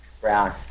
Brown